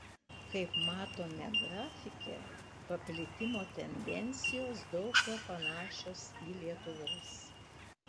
kaip matome grafike paplitimo tendencijos daug kuo panašios į lietuvos